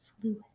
fluid